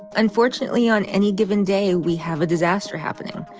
unfortunately on any given day we have a disaster happening,